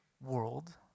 world